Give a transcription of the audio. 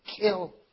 kill